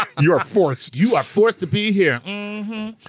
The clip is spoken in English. you are forced. you are forced to be here, ah